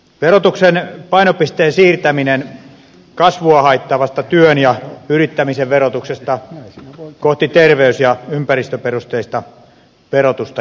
verotuksen painopisteen siirtäminen kasvua haittaavasta työn ja yrittämisen verotuksesta kohti terveys ja ympäristöperusteista verotusta jatkuu